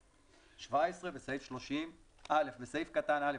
בסעיף 30 - בסעיף קטן (א),